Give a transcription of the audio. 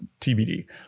tbd